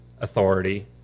authority